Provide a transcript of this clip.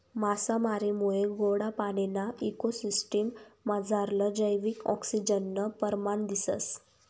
मासामारीमुये गोडा पाणीना इको सिसटिम मझारलं जैविक आक्सिजननं परमाण दिसंस